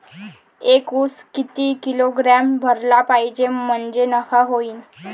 एक उस किती किलोग्रॅम भरला पाहिजे म्हणजे नफा होईन?